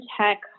Tech